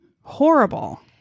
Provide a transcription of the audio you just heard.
Horrible